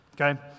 okay